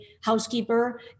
housekeeper